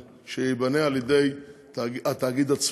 שייבנה על ידי התאגיד עצמו.